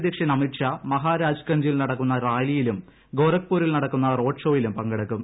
അധ്യക്ഷൻ അമിത്ഷാ മഹരാജ്ഗഞ്ജിൽ നടക്കുന്ന റാലിയിലും ഗോരഖ്പൂരിൽ നടക്കുന്ന റോഡ് ഷോയിലും പങ്കെടുക്കും